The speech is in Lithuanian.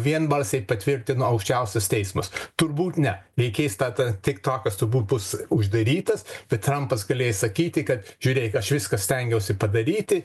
vienbalsiai patvirtino aukščiausias teismas turbūt ne jei keista ta tiktokas turbūt bus uždarytas bet trampas galės sakyti kad žiūrėk aš viską stengiausi padaryti